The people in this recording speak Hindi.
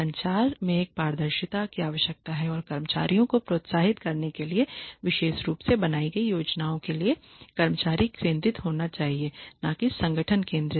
संचार में एक पारदर्शिता की आवश्यकता है और कर्मचारियों को प्रोत्साहित करने के लिए विशेष रूप से बनाई गई योजनाओं के लिए कर्मचारी केंद्रित होना चाहिए न कि संगठन केंद्रित